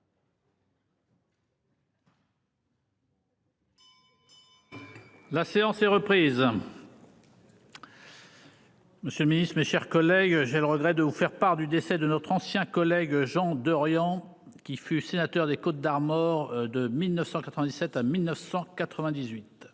La séance est reprise. Monsieur le Ministre, mes chers collègues, j'ai le regret de vous faire part du décès de notre ancien collègue Jean Derian qui fut sénateur des Côtes d'Armor, de 1997 à 1998.